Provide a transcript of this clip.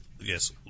yes